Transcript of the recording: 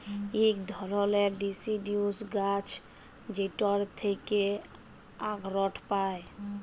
ইক ধারালের ডিসিডিউস গাহাচ যেটর থ্যাকে আখরট পায়